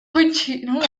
continuó